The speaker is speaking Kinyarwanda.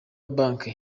bank